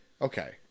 Okay